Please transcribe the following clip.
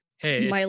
Hey